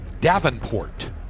Davenport